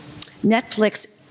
Netflix